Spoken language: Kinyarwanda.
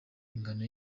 ingano